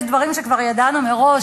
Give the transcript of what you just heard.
יש דברים שכבר ידענו מראש,